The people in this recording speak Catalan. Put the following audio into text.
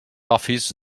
office